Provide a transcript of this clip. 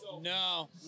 No